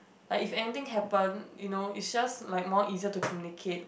like if anything happen you know it's just like more easier to communicate